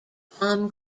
palm